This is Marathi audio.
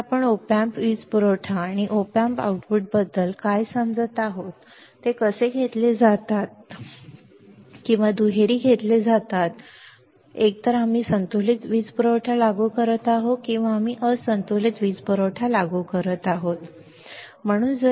तर आपण op amps वीज पुरवठा आणि op amp आउटपुट बद्दल काय समजत आहोत ते कसे घेतले जातात ते एकतर घेतले जातात किंवा ते दुहेरी घेतले जातात एकतर आम्ही संतुलित वीज पुरवठा लागू करत आहोत किंवा आम्ही असंतुलित वीज वापरत आहोत पुरवठा ठीक आहे